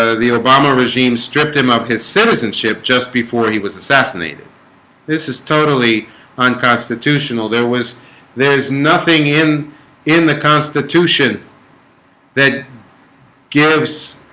ah the obama regime stripped him of his citizenship just before he was assassinated this is totally unconstitutional there was there's nothing in in the constitution that gives